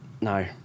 no